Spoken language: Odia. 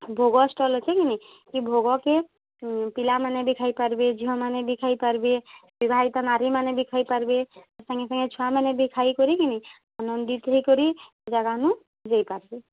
ଭୋଗ ଷ୍ଟଲ୍ ଅଛେ କି ନାଇଁ ଇ ଭୋଗକେ ପିଲାମାନେ ବି ଖାଇପାର୍ବେ ଝିଅମାନେ ବି ଖାଇପାର୍ବେ ବିବାହିତ ନାରୀମାନେ ବି ଖାଇପାର୍ବେ ସାଙ୍ଗେ ସାଙ୍ଗେ ଛୁଆମାନେ ବି ଖାଇକରି କି ନାଇଁ ଆନନ୍ଦିତ୍ ହେଇକରି ଇ ଜାଗାନୁ ଯାଇପାର୍ବେ